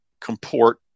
comport